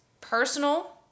personal